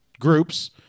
groups